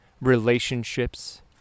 relationships